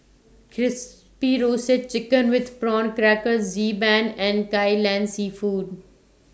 Crispy Roasted Chicken with Prawn Crackers Xi Ban and Kai Lan Seafood